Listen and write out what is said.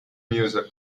music